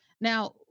Now